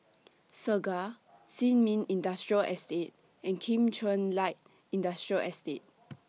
Segar Sin Ming Industrial Estate and Kim Chuan Light Industrial Estate